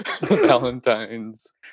Valentine's